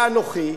ואנוכי,